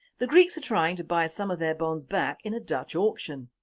the greeks are trying to buy some of their bonds back in a dutch auction.